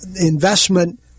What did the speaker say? investment